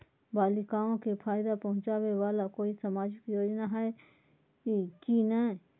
बालिकाओं के फ़ायदा पहुँचाबे वाला कोई सामाजिक योजना हइ की नय?